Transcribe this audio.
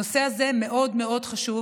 הנושא הזה מאוד מאוד חשוב,